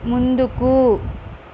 ముందుకు